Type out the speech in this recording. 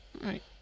Right